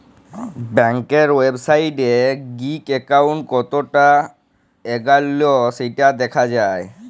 ব্যাংকের ওয়েবসাইটে গিএ একাউন্ট কতটা এগল্য সেটা দ্যাখা যায়